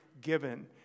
given